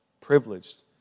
privileged